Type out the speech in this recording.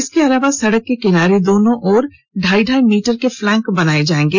इसके अलावा सड़क के किनारे दोनों तरफ ढ़ाई ढ़ाई मीटर के फ्लैंक बनाये जायेंगे